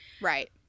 Right